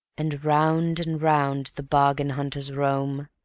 and round and round the bargain-hunters roam,